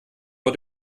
vor